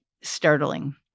startling